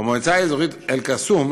במועצה האזורית אל-קסום,